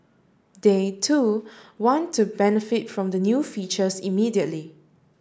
they too want to benefit from the new features immediately